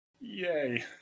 Yay